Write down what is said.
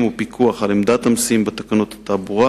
ופיקוח על עמדת המסיעים בתקנות התעבורה